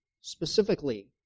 specifically